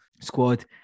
squad